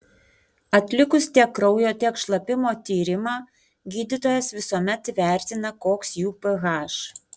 atlikus tiek kraujo tiek šlapimo tyrimą gydytojas visuomet įvertina koks jų ph